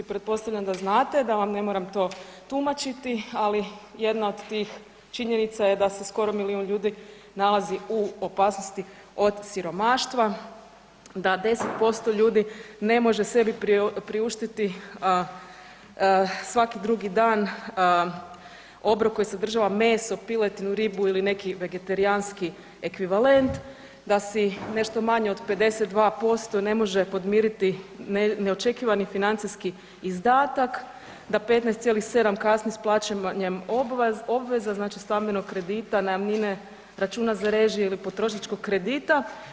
Pretpostavljam da znate, da vam ne moram to tumačiti, ali jedna od tih činjenica je da se skoro milijun ljudi nalazi u opasnosti od siromaštva, da 10% ljudi ne može sebi priuštiti svaki drugi dan obrok koji sadržava meso, piletinu, ribu ili neki vegetarijanski ekvivalent, da si nešto manje od 52% podmiriti neočekivani financijski izdatak, da 15,7 kasni s plaćanjem obveza znači stambenog kredita, najamnine, računa za režije ili potrošačkog kredita.